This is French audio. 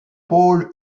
pôle